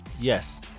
Yes